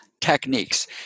techniques